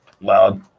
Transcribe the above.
loud